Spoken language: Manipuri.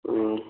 ꯎꯝ